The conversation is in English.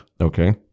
Okay